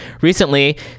recently